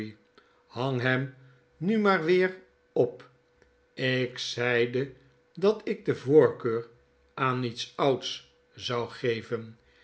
hang hem nu maar weer op ik zeide dat ik de voorkeur aan iets ouds zou geven